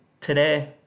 today